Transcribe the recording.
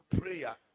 Prayer